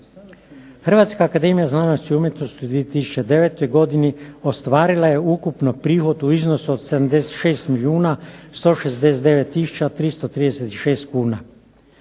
Hrvatska akademija znanosti i umjetnosti u 2009. godini ostvarila je ukupno prihod u iznosu od 76 milijuna 169 tisuća